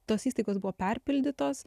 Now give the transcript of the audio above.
tos įstaigos buvo perpildytos